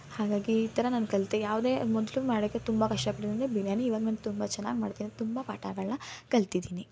ಹಾಗಾಗಿ ಈ ಥರ ನಾನು ಕಲಿತೆ ಯಾವುದೇ ಮೊದಲು ಮಾಡೋಕ್ಕೆ ತುಂಬ ಕಷ್ಟಪಟ್ಟಿದ್ದಂದ್ರೆ ಬಿರಿಯಾನಿ ಈವಾಗ ನಾನು ತುಂಬ ಚೆನ್ನಾಗಿ ಮಾಡ್ತೀನಿ ತುಂಬ ಪಾಠಗಳ್ನ ಕಲ್ತಿದ್ದೀನಿ